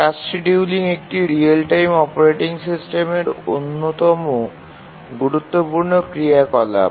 task scheduling একটি real time operating সিস্টেমের অন্যতম গুরুত্বপূর্ণ ক্রিয়াকলাপ